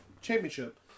championship